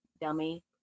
Dummy